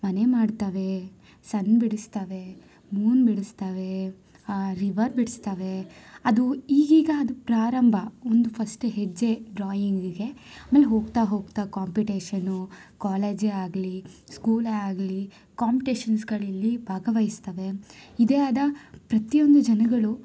ಮನೆ ಮಾಡ್ತವೆ ಸನ್ ಬಿಡಿಸ್ತವೆ ಮೂನ್ ಬಿಡಿಸ್ತವೆ ರಿವರ್ ಬಿಡಿಸ್ತವೆ ಅದು ಈಗೀಗ ಅದು ಪ್ರಾರಂಭ ಒಂದು ಫಸ್ಟ್ ಹೆಜ್ಜೆ ಡ್ರಾಯಿಂಗ್ಗೆ ಆಮೇಲೆ ಹೋಗ್ತಾ ಹೋಗ್ತಾ ಕಾಂಪಿಟೇಶನು ಕಾಲೇಜೇ ಆಗಲಿ ಸ್ಕೂಲೇ ಆಗಲಿ ಕಾಂಪ್ಟೇಶನ್ಸ್ಗಳಲ್ಲಿ ಭಾಗವಹಿಸ್ತವೆ ಇದೇ ಆದ ಪ್ರತಿಯೊಂದು ಜನಗಳು